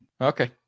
Okay